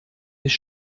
ist